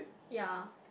ya